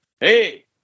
hey